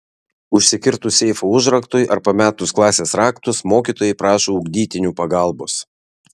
užsikirtus seifo užraktui ar pametus klasės raktus mokytojai prašo ugdytinių pagalbos